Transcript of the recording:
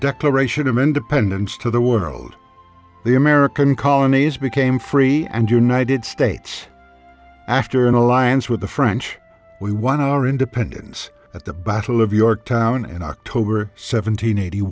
declaration of independence to the world the american colonies became free and united states after an alliance with the french we won our independence at the battle of yorktown in october seventeenth eighty